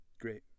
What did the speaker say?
Great